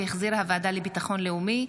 שהחזירה הוועדה לביטחון לאומי.